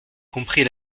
compris